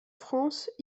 france